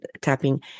tapping